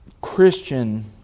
Christian